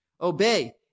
Obey